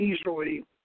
easily